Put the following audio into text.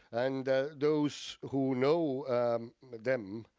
and those who know them